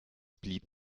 blieb